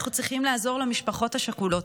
ואנחנו צריכים לעזור למשפחות השכולות.